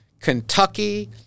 Kentucky